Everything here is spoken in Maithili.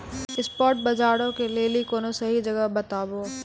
स्पाट बजारो के लेली कोनो सही जगह बताबो